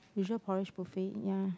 usual porridge buffet ya